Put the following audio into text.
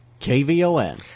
KVON